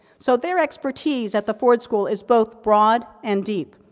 so, their expertise at the ford school, is both broad and deep.